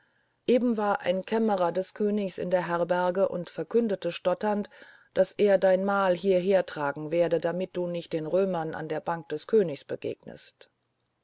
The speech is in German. eben war ein kämmerer des königs in der herberge und verkündete stotternd daß er dein mahl hierhertragen werde damit du nicht den römern an der bank des königs begegnest